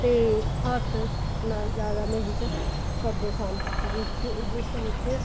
ਅਤੇ ਹੱਥ ਨਾਲ ਜ਼ਿਆਦਾ ਮਿਹਨਤ ਕਰਦੇ ਸਨ ਜਿਸ 'ਚ ਜਿਸ ਵਿੱਚ